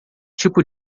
tipo